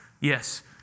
Yes